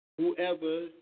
Whoever